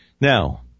Now